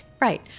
right